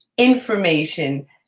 information